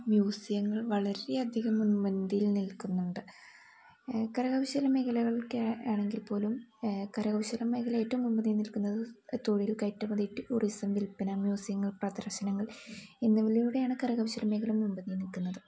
മ്യൂസിയങ്ങൾ വളരെ അധികം മുൻപന്തിയിൽ നിൽക്കുന്നുണ്ട് കരകൗശല മേഖലകൾക്കെ ആണെങ്കിൽ പോലും കരകൗശല മേഖല ഏറ്റവും മുൻപന്തിയിൽ നിൽക്കുന്നത് തൊഴിൽ കയറ്റുമതി ടൂറിസം വിൽപ്പന മ്യൂസിയങ്ങൾ പ്രദർശനങ്ങൾ എന്നിവയിലൂടെയാണ് കരകൗശല മേഖല മുൻപന്തിയിൽ നിൽക്കുന്നത്